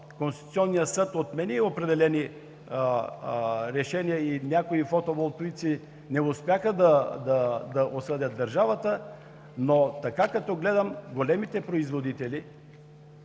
Конституционният съд отмени определени решения и някои фотоволтаици не успяха да осъдят държавата. Като гледам големите производители,